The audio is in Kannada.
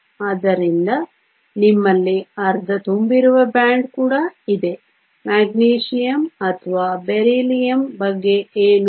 ಆದ್ದರಿಂದ ನಿಮ್ಮಲ್ಲಿ ಅರ್ಧ ತುಂಬಿರುವ ಬ್ಯಾಂಡ್ ಕೂಡ ಇದೆ ಮೆಗ್ನೀಸಿಯಮ್ ಅಥವಾ ಬೆರಿಲಿಯಮ್ ಬಗ್ಗೆ ಏನು